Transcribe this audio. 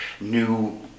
new